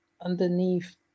underneath